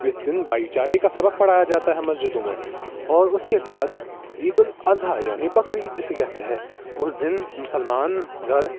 اس دن بھائی چارے کا سبک پڑھایا جاتا ہے مسجدوں میں اور اس کے بعد عید الاضحیٰ یعنی بقر عید جسے کہتے ہیں اس دن مسلمان گھر